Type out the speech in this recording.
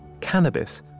cannabis